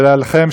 ולכם,